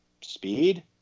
speed